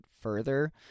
further